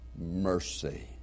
mercy